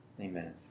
Amen